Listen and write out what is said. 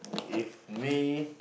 if may